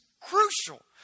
crucial